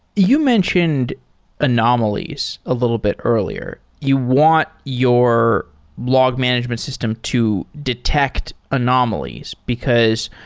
you mentioned anomalies a little bit earlier. you want your log management system to detect anomalies, because